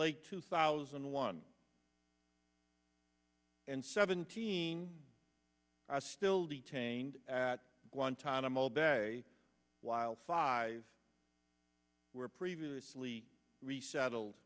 late two thousand and one and seventeen are still detained at guantanamo bay while five were previously resettled